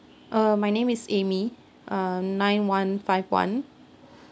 uh my name is amy uh nine one five one